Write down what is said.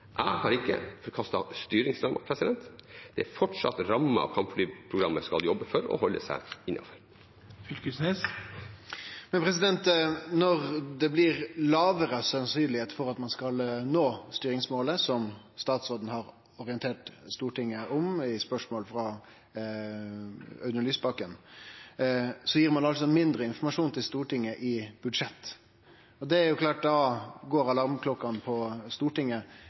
Jeg har ikke forkastet styringsramma. Det er fortsatt ramma kampflyprogrammet skal jobbe for og holde seg innenfor. Når det blir mindre sannsynleg at ein skal nå styringsmålet, som statsråden har orientert Stortinget om på spørsmål frå Audun Lysbakken, gir ein mindre informasjon til Stortinget i budsjettet. Det er klart at da går alarmklokkene på Stortinget,